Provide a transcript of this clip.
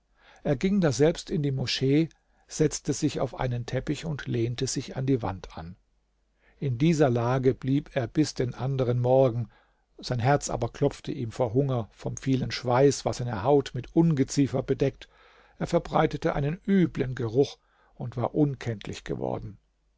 er ging daselbst in die moschee setzte sich auf einen teppich und lehnte sich an die wand an in dieser lage blieb er bis den anderen morgen sein herz aber klopfte ihm vor hunger vom vielen schweiß war seine haut mit ungeziefer bedeckt er verbreitete einen üblen geruch und war unkenntlich geworden